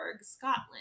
Scotland